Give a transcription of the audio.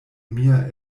mia